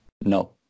No